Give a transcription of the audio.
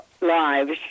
lives